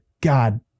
god